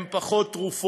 הוא פחות תרופות,